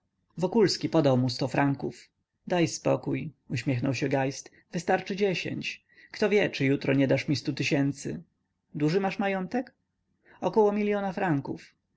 wokulski podał mu sto franków daj spokój uśmiechnął się geist wystarczy dziesięć kto wie czy jutro nie dasz mi stu tysięcy duży masz majątek około miliona franków